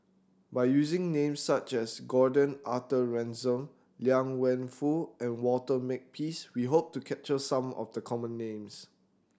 by using names such as Gordon Arthur Ransome Liang Wenfu and Walter Makepeace we hope to capture some of the common names